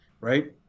right